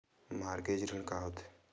Mortgage ऋण का होथे?